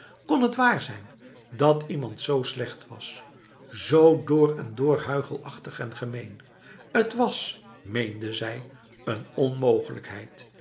kon het waar zijn dat iemand z slecht was z door en door huichelachtig en gemeen t was meende zij een onmogelijkheid